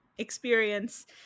experience